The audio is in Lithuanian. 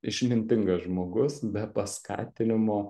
išmintingas žmogus be paskatinimo